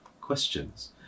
questions